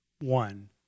One